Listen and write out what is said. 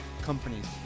companies